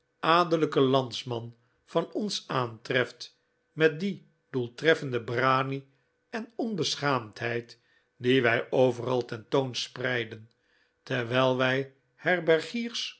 adellijken landsman van ons aantreft met die doeltreffende brani en onbeschaamdheid die wij overal ten toon spreiden terwijl wij